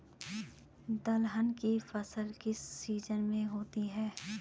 दलहन की फसल किस सीजन में होती है?